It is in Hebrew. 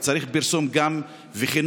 צריך פרסום גם בחינוך,